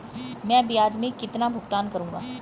मैं ब्याज में कितना भुगतान करूंगा?